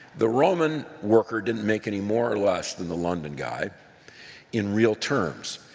the roman worker didn't make any more or less than the london guy in real terms.